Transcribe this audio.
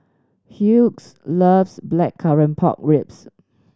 Hughes loves Blackcurrant Pork Ribs